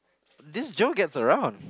this Joe gets around